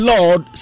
Lord